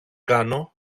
κάνω